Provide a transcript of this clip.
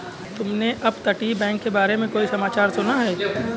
तुमने अपतटीय बैंक के बारे में कोई समाचार सुना है?